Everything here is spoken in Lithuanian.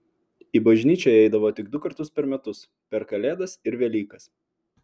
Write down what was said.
į bažnyčią jie eidavo tik du kartus per metus per kalėdas ir velykas